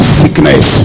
sickness